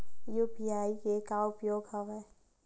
UPI के का उपयोग हवय?